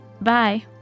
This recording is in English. Bye